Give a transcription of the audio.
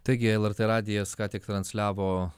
taigi lrt radijas ką tik transliavo